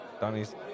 Donnie's